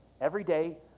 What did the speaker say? Everyday